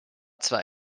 zwar